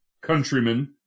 countrymen